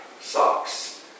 socks